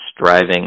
striving